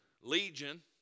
Legion